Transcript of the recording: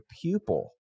pupil